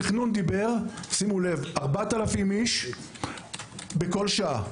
התכנון דיבר על 4,000 אנשים בכל שעה,